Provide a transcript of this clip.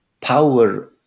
power